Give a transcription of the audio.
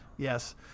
Yes